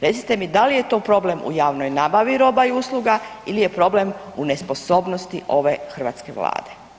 Recite mi da li je to problem u javnoj nabavi roba i usluga ili je problem u nesposobnosti ove hrvatske vlade?